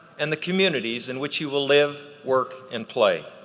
and the communities in which you will live, work and play.